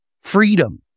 freedom